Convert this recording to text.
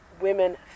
women